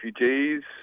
refugees